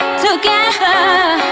together